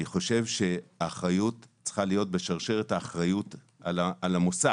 אני חושב שהאחריות צריכה להיות בשרשרת האחריות על המוסד.